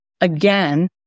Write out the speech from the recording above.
again